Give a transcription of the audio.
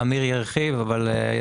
ככלל,